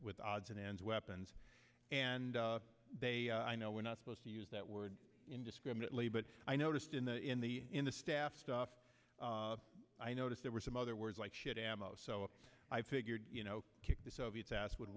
with odds and ends weapons and i know we're not supposed to use that word indiscriminately but i noticed in the in the in the staff stuff i noticed there were some other words like shit ammo so i figured you know kick the soviets ass would